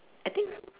I think